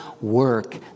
work